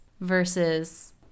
versus